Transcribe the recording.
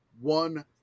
one